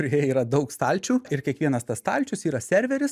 kurioje yra daug stalčių ir kiekvienas tas stalčius yra serveris